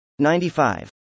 95